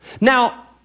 Now